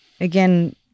again